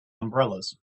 umbrellas